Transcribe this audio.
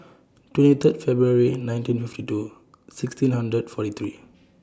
twenty Third February nineteen fifty two sixteen hundred forty three